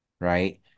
Right